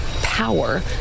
power